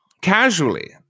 casually